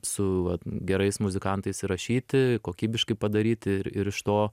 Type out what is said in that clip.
su va gerais muzikantais įrašyti kokybiškai padaryti ir ir iš to